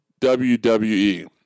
WWE